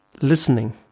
listening